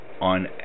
on